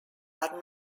are